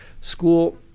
School